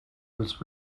was